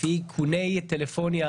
לפי איכוני טלפוניה,